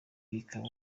bikaba